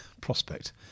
prospect